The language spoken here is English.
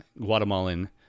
Guatemalan